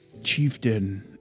chieftain